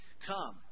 Come